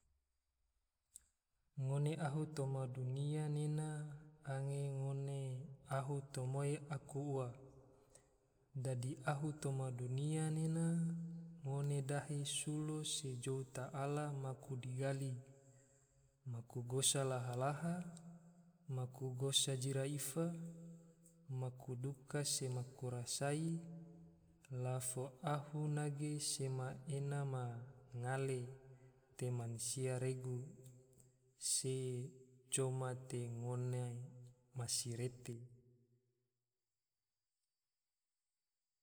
Ngone ahu toma dunia nena, angge ngone ahu tomoi aku ua, dadi ahu toma dunia nena ngone dahe sulo se jou ta allah maku digali, maku gosa laha-laha, maku gosa jira ifa, maku duka se maku rasai, la fo ahu nage sema ena ma ngale te mansia regu, se coma te ngone masirete